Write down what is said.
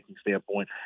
standpoint